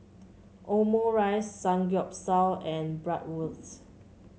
Omurice Samgeyopsal and Bratwurst